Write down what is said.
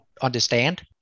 understand